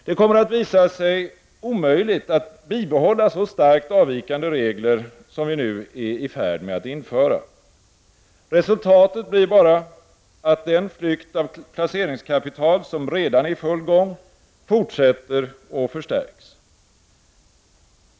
Det kommer att visa sig omöjligt att bibehålla så starkt avvikande regler som vi nu är i färd med att införa. Resultatet blir endast att den flykt av placeringskapital som redan är i full gång fortsätter och förstärks.